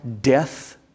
death